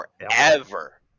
Forever